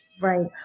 Right